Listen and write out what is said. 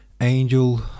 Angel